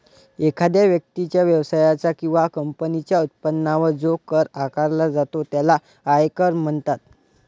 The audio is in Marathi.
एखाद्या व्यक्तीच्या, व्यवसायाच्या किंवा कंपनीच्या उत्पन्नावर जो कर आकारला जातो त्याला आयकर म्हणतात